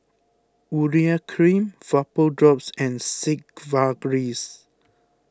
Urea Cream Vapodrops and